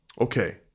Okay